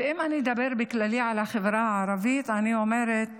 ואם אני אדבר בכלליות על החברה הערבית, אני אומרת